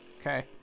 okay